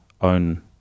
own